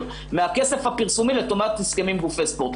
מהכסף הפרסומי לטובת הסכמים בגופי ספורט.